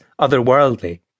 otherworldly